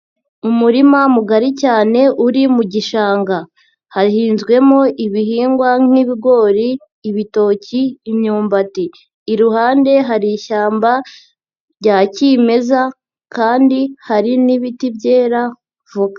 Umurima mugari cyane uri mu gishanga hahinzwemo ibihingwa nk'ibigori, ibitoki, imyumbati, iruhande hari ishyamba rya kimeza kandi hari n'ibiti byera voka.